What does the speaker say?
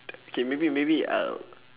okay maybe maybe uh